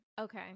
Okay